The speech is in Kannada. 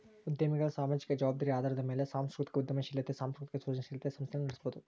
ಉದ್ಯಮಿಗಳ ಸಾಮಾಜಿಕ ಜವಾಬ್ದಾರಿ ಆಧಾರದ ಮ್ಯಾಲೆ ಸಾಂಸ್ಕೃತಿಕ ಉದ್ಯಮಶೇಲತೆ ಸಾಂಸ್ಕೃತಿಕ ಸೃಜನಶೇಲ ಸಂಸ್ಥೆನ ನಡಸಬೋದು